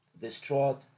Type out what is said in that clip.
Distraught